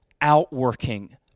outworking